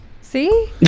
See